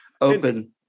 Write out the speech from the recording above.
open